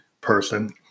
person